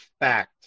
fact